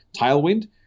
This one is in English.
tailwind